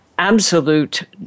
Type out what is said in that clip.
absolute